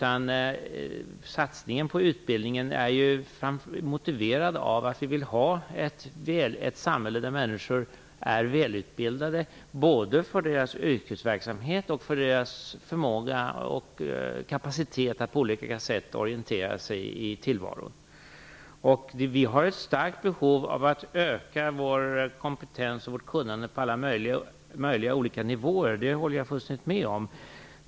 En satsning på utbildning är ju motiverad av att vi vill ha ett samhälle där människor är välutbildade, både för deras yrkesverksamhet och för deras förmåga och kapacitet att på olika sätt orientera sig i tillvaron. Det finns ett starkt behov av att vi ökar vår kompetens och vårt kunnande på olika nivåer; det håller jag med om fullständigt.